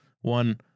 one